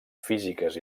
físiques